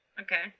Okay